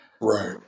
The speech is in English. Right